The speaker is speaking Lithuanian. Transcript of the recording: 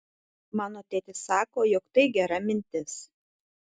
mano tėtis sako jog tai gera mintis